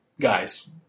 guys